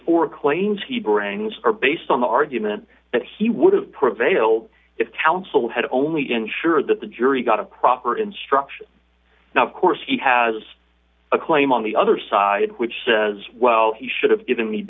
brings are based on the argument that he would have prevailed if counsel had only to ensure that the jury got a proper instruction now of course he has a claim on the other side which says well he should have given me